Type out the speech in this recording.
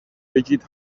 بگید